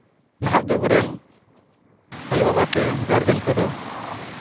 ᱱᱟᱦᱟᱜ ᱡᱩᱜᱽ ᱨᱮᱱ ᱟᱭᱳ ᱵᱟᱵᱟ ᱥᱮ ᱜᱟᱨᱡᱮᱱ ᱠᱚᱫᱚ